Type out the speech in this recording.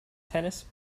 tennis